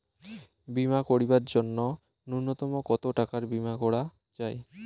বীমা করিবার জন্য নূন্যতম কতো টাকার বীমা করা যায়?